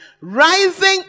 rising